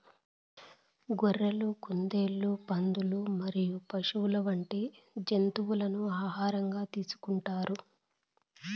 గొర్రెలు, కుందేళ్లు, పందులు మరియు పశువులు వంటి జంతువులను ఆహారంగా తీసుకుంటారు